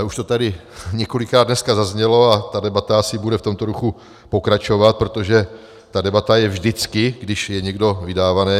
Už to tady několikrát dneska zaznělo a ta debata asi bude v tomto duchu pokračovat, protože ta debata je vždycky, když je někdo vydávaný.